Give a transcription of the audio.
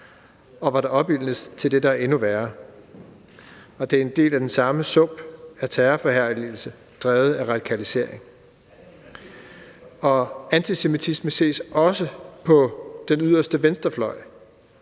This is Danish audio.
og hvor der opildnes til det, der er endnu værre. Og det er en del af den samme sump af terrorforherligelse drevet af radikalisering. Antisemitisme ses også på den yderste venstrefløj,